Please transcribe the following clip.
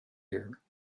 air